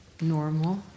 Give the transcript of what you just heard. normal